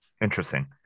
Interesting